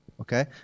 Okay